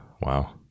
Wow